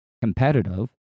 competitive